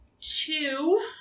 Two